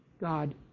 God